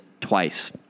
twice